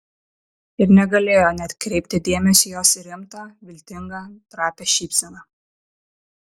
ir negalėjo neatkreipti dėmesio į jos rimtą viltingą trapią šypseną